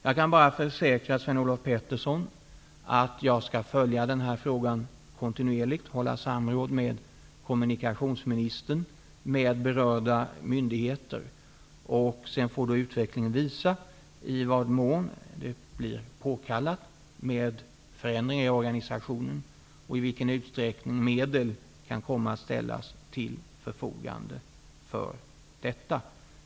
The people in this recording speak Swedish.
Jag kan försäkra Sven-Olof Petersson att jag kontinuerligt skall följa den här frågan och hålla samråd med kommunikationsministern och med berörda myndigheter. Sedan får utvecklingen visa i vad mån det är påkallat med förändringar i organisationen och i vilken utsträckning medel kan komma att ställas till förfogande för detta.